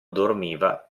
dormiva